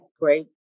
great